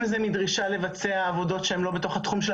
אם זה מדרישה לבצע עבודות שהם לא בתחום התחום,